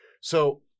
So-